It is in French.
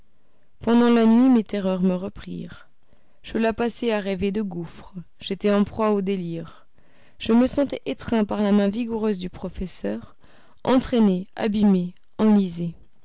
pendant la nuit mes terreurs me reprirent je la passai à rêver de gouffres j'étais en proie au délire je me sentais étreint par la main vigoureuse du professeur entraîné abîmé enlisé